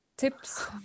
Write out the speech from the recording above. Tips